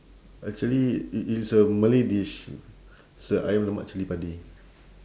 actually it it's a malay dish it's a ayam lemak cili padi